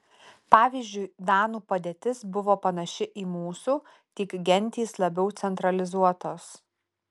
pavyzdžiui danų padėtis buvo panaši į mūsų tik gentys labiau centralizuotos